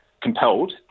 compelled